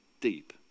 deep